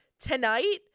tonight